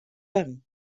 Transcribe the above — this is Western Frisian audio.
bang